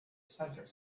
center